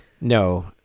no